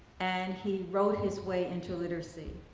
and he wrote his way into literacy.